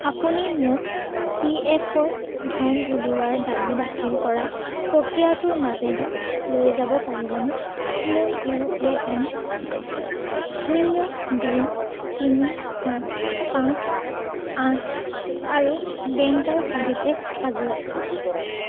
আপুনি মোক পি এফৰ ধন উলিওৱাৰ দাবী দাখিল কৰা প্ৰক্ৰিয়াটোৰ মাজেদি লৈ যাব পাৰিবনে মোৰ ইউ এ এন শূন্য দুই তিনি সাত পাঁচ আঠ আৰু বেংকৰ সবিশেষ সাজু আছে